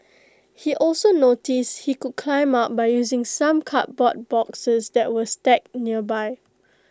he also noticed he could climb up by using some cardboard boxes that were stacked nearby